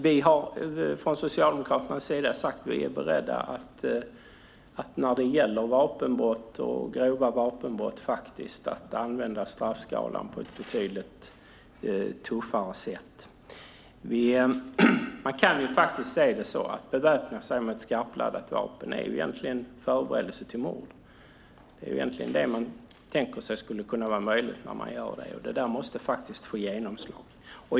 Vi har från Socialdemokraternas sida sagt att vi är beredda att använda straffskalan på ett betydligt tuffare sätt när det gäller grova vapenbrott. Man kan se det så att det egentligen är förberedelse till mord att beväpna sig med ett skarpladdat vapen; det skulle kunna vara möjligt för den som gör det. Det måste få genomslag.